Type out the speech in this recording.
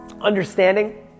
understanding